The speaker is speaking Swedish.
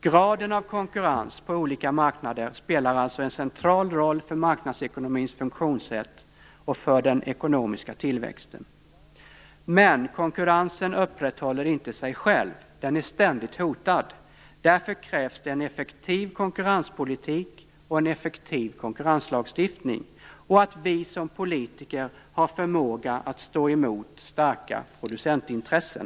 Graden av konkurrens på olika marknader spelar alltså en central roll för marknadsekonomins funktionssätt och för den ekonomiska tillväxten. Men konkurrensen upprätthåller inte sig själv - den är ständigt hotad. Därför krävs det en effektiv konkurrenspolitik och en effektiv konkurrenslagstiftning, och att vi som politiker har förmåga att stå emot starka producentintressen.